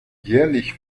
jährlich